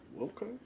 Okay